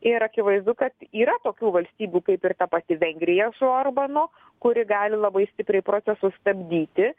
ir akivaizdu kad yra tokių valstybių kaip ir ta pati vengrija su orbanu kuri gali labai stipriai procesus stabdyti